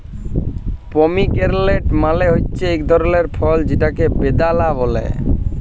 pomegranate মালে হছে ইক ধরলের ফল যেটকে বেদালা ব্যলে